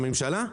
הממשלה?